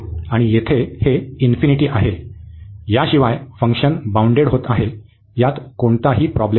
आणि येथे हे इन्फिनिटी आहे याशिवाय फंक्शन बाउंडेड आहे यात कोणताही प्रॉब्लेम नाही